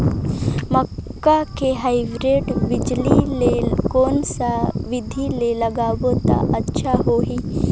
मक्का के हाईब्रिड बिजली ल कोन सा बिधी ले लगाबो त अच्छा होहि?